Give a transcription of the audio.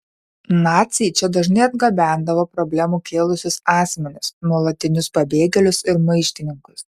naciai čia dažnai atgabendavo problemų kėlusius asmenis nuolatinius pabėgėlius ir maištininkus